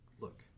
Look